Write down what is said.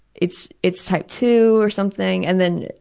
it's it's type two or something, and then